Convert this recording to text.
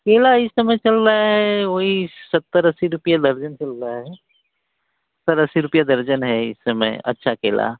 केला इस समय चल रहा है वही सत्तर अस्सी रुपये दर्जन चल रहा है सर अस्सी रुपये दर्जन है इस समय अच्छा केला